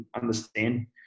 understand